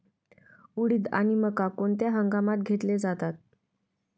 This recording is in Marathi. उडीद आणि मका कोणत्या हंगामात घेतले जातात?